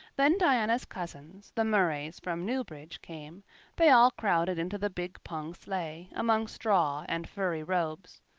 then diana's cousins, the murrays from newbridge, came they all crowded into the big pung sleigh, among straw and furry robes.